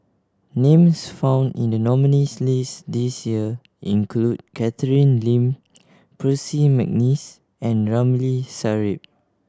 names found in the nominees' list this year include Catherine Lim Percy McNeice and Ramli Sarip